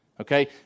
okay